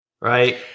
right